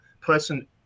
person